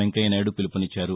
వెంకయ్యనాయుడు పిలుపునిచ్చారు